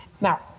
Now